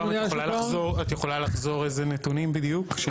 את יכולה לחזור איזה נתונים בדיוק?